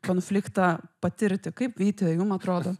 konfliktą patirti kaip vyti jum atrodo